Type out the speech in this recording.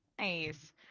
Nice